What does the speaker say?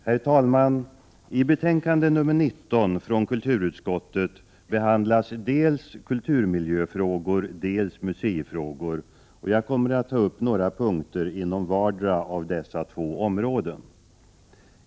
Herr talman! I betänkande 19 från kulturutskottet behandlas dels kulturmiljöfrågor, dels museifrågor. Jag kommer att ta upp några punkter inom vardera av dessa två områden.